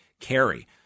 carry